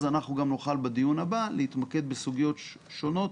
אז נוכל בדיון הבא להתמקד בסוגיות שונות